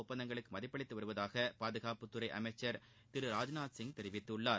ஒப்பந்தங்களுக்கு மதிப்பளித்து வருவதாக பாதுகாப்டுத்துறை அமைச்சர் திரு ராஜ்நாத்சிங் தெரிவித்துள்ளார்